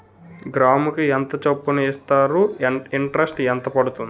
గ్రాముకి ఎంత చప్పున ఇస్తారు? ఇంటరెస్ట్ ఎంత పడుతుంది?